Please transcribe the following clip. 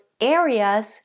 areas